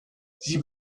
sie